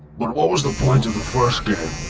but what was the point of the first game?